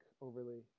overly